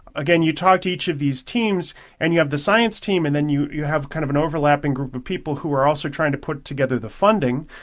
again, you talk to each of these teams and you have the science team and then you you have kind of an overlapping group of people who are also trying to put together the funding.